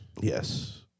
Yes